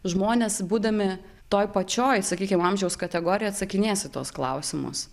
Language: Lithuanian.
žmonės būdami toj pačioj sakykim amžiaus kategorijoj atsakinės į tuos klausimus